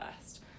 first